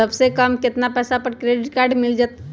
सबसे कम कतना पैसा पर क्रेडिट काड मिल जाई?